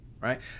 right